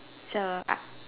so uh